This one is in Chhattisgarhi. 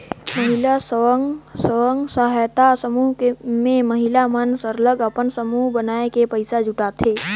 महिला स्व सहायता समूह में महिला मन सरलग अपन समूह बनाए के पइसा जुटाथें